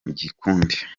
gikundi